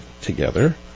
together